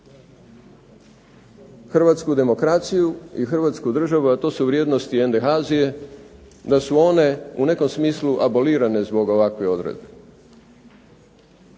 hrvatsku demokraciju i Hrvatsku državu, a to su vrijednosti NDH-zije da su one u nekom smislu abolirane zbog ovakve odredbe.